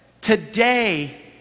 Today